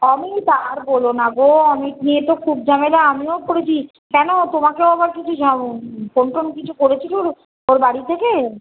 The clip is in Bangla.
অমিত আর বোলো না গো অমিত নিয়ে তো খুব ঝামেলা আমিও পড়েছি কেন তোমাকেও আবার কিছু ঝামে ফোন টোন কিছু করেছিলো ওর বাড়ি থেকে